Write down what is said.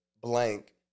blank